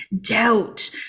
doubt